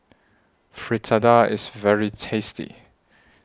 Fritada IS very tasty